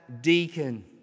deacon